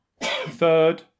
third